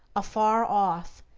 afar off,